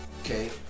Okay